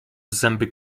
zęby